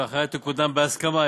ולאחריה תקודם בהסכמה,